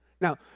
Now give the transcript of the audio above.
Now